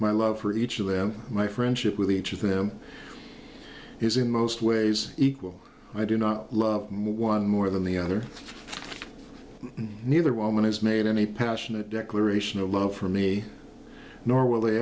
my love for each of them my friendship with each of them is in most ways equal i do not love one more than the other neither woman has made any passionate declaration of love for me nor will they